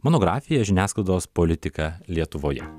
monografiją žiniasklaidos politika lietuvoje